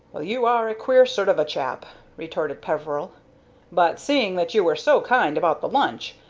well, you are a queer sort of a chap, retorted peveril but, seeing that you were so kind about the lunch,